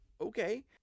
okay